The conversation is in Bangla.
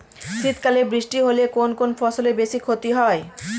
শীত কালে বৃষ্টি হলে কোন কোন ফসলের বেশি ক্ষতি হয়?